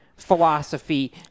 Philosophy